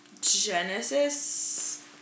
Genesis